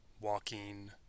walking